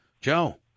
Joe